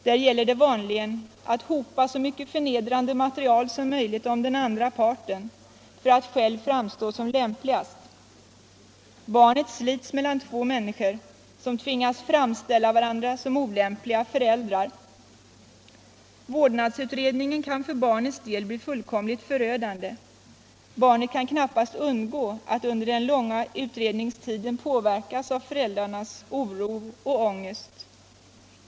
Där gäller det vanligen att hopa så mycket förnedrande material som möjligt om den andra parten för att själv framstå som lämpligast. Barnet slits mellan två människor, som tvingas framställa varandra som olämpliga föräldrar. Vårdnadsutredningen kan för barnets del bli fullkomligt förödande. Barnet kan knappast undgå att under den långa utredningstiden påverkas av föräldrarnas oro och ångest.